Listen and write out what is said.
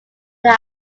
are